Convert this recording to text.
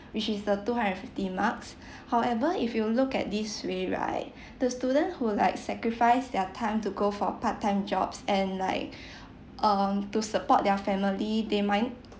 which is the two hundred and fifty marks however if you look at this way right the student who like sacrifice their time to go for part time jobs and like um to support their family they might need